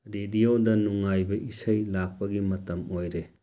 ꯔꯦꯗꯤꯌꯣꯗ ꯅꯨꯡꯉꯥꯏꯕ ꯏꯁꯩ ꯂꯥꯛꯄꯒꯤ ꯃꯇꯝ ꯑꯣꯏꯔꯦ